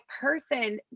person